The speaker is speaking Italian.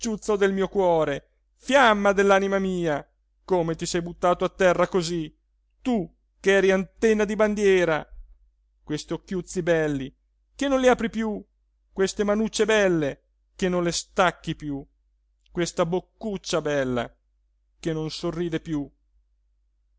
del mio cuore fiamma dell'anima mia come ti sei buttato a terra così tu ch'eri antenna di bandiera quest'occhiuzzi belli che non li apri più queste manucce belle che non le stacchi più questa boccuccia bella che non sorride più